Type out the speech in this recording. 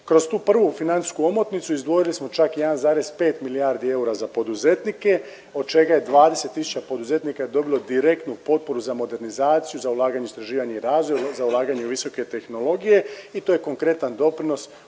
Kroz tu prvu financijsku omotnicu izdvojili smo čak 1,5 milijardi eura za poduzetnike, od čega je 20 tisuća poduzetnika dobilo direktnu potporu za modernizaciju za ulaganje u istraživanje i razvoj, za ulaganje u visoke tehnologije i to je konkretan doprinos upravo